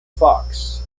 fox